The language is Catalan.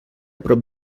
prop